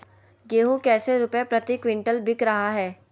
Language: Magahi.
गेंहू कैसे रुपए प्रति क्विंटल बिक रहा है?